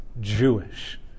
Jewish